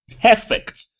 perfect